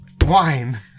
wine